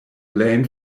lane